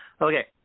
okay